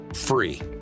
free